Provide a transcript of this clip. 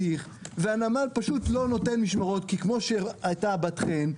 והנמל לא נותן משמרות כי כמו שאמרה בת חן,